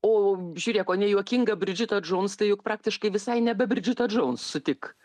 o žiūrėk o ne juokinga bridžita džouns tai juk praktiškai visai nebe bridžita džouns sutik